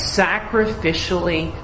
sacrificially